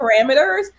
parameters